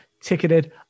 ticketed